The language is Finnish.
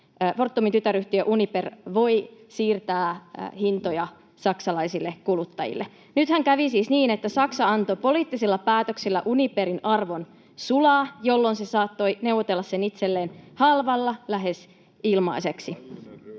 Fortumin tytäryhtiö Uniper voi siirtää hintoja saksalaisille kuluttajille. Nythän kävi siis niin, että Saksa antoi poliittisilla päätöksillä Uniperin arvon sulaa, jolloin se saattoi neuvotella sen itselleen halvalla, lähes ilmaiseksi.